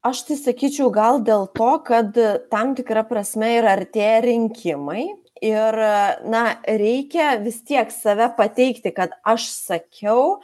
aš tai sakyčiau gal dėl to kad tam tikra prasme artėja rinkimai ir na reikia vis tiek save pateikti kad aš sakiau